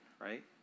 right